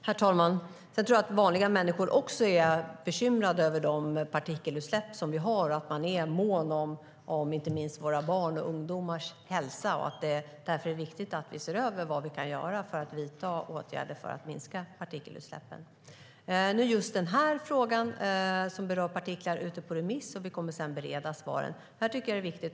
Herr talman! Jag tror att vanliga människor också är bekymrade över de partikelutsläpp vi har och är måna om inte minst våra barns och ungas hälsa. Därför är det viktigt att vi ser över vad vi kan göra för att vidta åtgärder för att minska partikelutsläppen. Nu är just frågan som berör partiklar ute på remiss, och vi kommer sedan att bereda svaren. Det här är en viktig fråga.